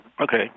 Okay